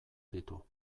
ditu